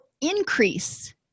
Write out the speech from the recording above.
increase